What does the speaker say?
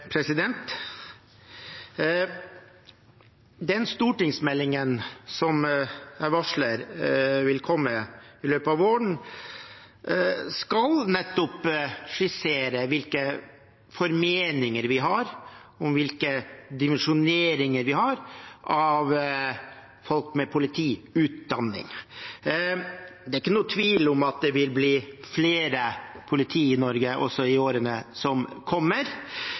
Den stortingsmeldingen som jeg varsler vil komme i løpet av våren, skal nettopp skissere hvilken formening vi har om dimensjoneringen av folk med politiutdanning. Det er ingen tvil om at det vil bli flere politi i Norge også i årene som kommer,